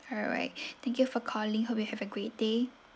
alright thank you for calling hope you have a great day